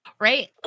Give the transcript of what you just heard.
Right